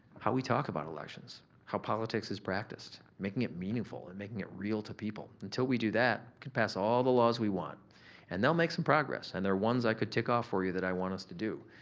how we talk about elections, how politics is practiced, making it meaningful, and making it real to people. until we do that, could pass all the laws we want and they'll make some progress and there are ones i could take off for you that i want us to do